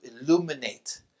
illuminate